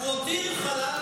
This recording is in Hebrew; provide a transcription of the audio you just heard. הוא הותיר חלל גדול.